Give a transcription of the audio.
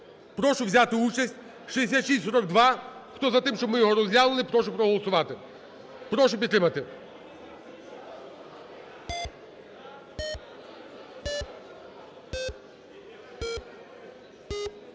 Прошу взяти участь. 6642. Хто за те, щоб ми його розглянули, прошу проголосувати. Прошу підтримати.